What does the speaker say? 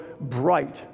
bright